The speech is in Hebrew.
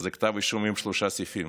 זה כתב אישום עם שלושה סעיפים,